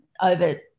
over